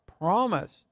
promise